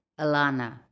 Alana